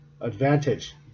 advantage